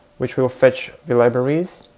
which will fetch the libraries,